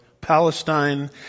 Palestine